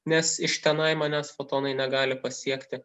nes iš tenai manęs fotonai negali pasiekti